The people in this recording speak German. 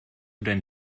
dein